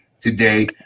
today